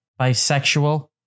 bisexual